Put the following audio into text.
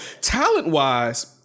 talent-wise –